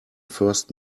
first